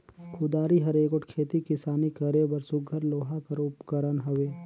कुदारी हर एगोट खेती किसानी करे बर सुग्घर लोहा कर उपकरन हवे